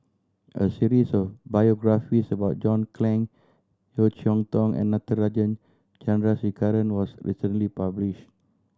a series of biographies about John Clang Yeo Cheow Tong and Natarajan Chandrasekaran was recently published